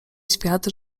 świat